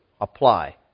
apply